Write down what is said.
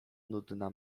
nudna